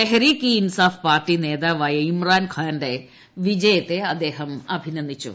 Tehreek e Insaf party നേതാവായ ഇമ്രാൻഖാന്റെ വിജയത്തെ അദ്ദേഹം അഭിനന്ദിച്ചു